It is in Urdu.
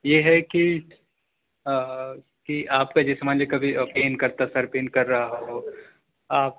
یہ ہے کہ کہ آپ کا جیسے مان لیا کبھی پین کرتا سر پین کر رہا ہو آپ